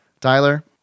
Tyler